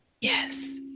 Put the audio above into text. Yes